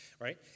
right